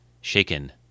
shaken